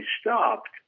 stopped